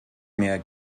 mehr